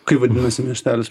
kaip vadinasi miestelis